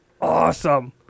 awesome